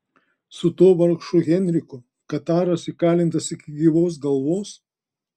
su tuo vargšu henriku kataras įkalintas iki gyvos galvos